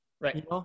right